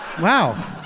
wow